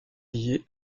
lié